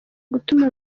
gutuma